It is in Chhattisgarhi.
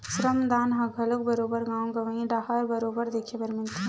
श्रम दान ह घलो बरोबर गाँव गंवई डाहर बरोबर देखे बर मिलथे